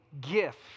gift